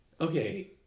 Okay